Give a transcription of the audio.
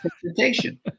presentation